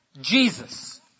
Jesus